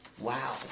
Wow